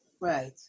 Right